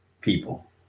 people